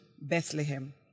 Bethlehem